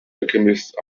alchemist